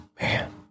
man